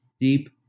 deep